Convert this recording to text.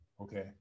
Okay